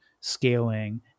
scaling